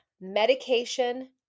Medication